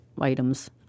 items